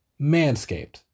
Manscaped